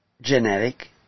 genetic